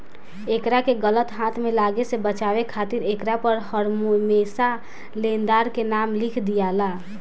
एकरा के गलत हाथ में लागे से बचावे खातिर एकरा पर हरमेशा लेनदार के नाम लिख दियाला